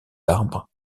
arbres